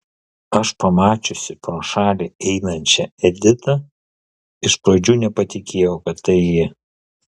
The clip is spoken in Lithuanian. aš pamačiusi pro šalį einančią editą iš pradžių nepatikėjau kad tai ji